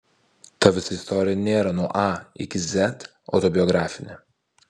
ta visa istorija nėra nuo a iki z autobiografinė